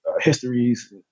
histories